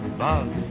buzz